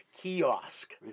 kiosk